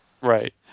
Right